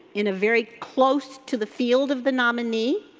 in a very close to the field of the nominee.